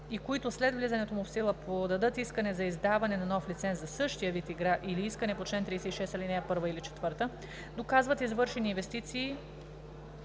и които след влизането му в сила подадат искане за издаване на нов лиценз за същия вид игра или искане по чл. 36, ал. 1 или 4, доказват извършени инвестиции,